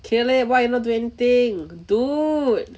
kill it why you not doing anything dude